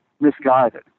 misguided